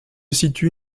situe